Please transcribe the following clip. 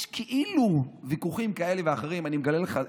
יש כאילו ויכוחים כאלה ואחרים, אני מגלה לך.